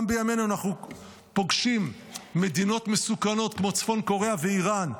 גם בימינו אנחנו פוגשים מדינות מסוכנות כמו צפון קוריאה ואיראן.